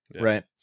right